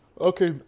Okay